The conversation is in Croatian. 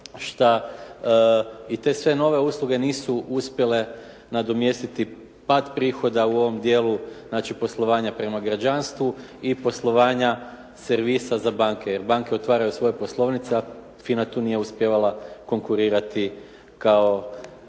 što i te sve nove usluge nisu uspjele nadomjestiti pad prihoda u ovom dijelu, znači poslovanja prema građanstvu i poslovanja servisa za banke jer banke otvaraju svoje poslovnice, a FINA tu nije uspijevala konkurirati kao